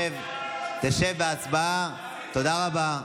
תודה רבה.